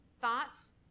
thoughts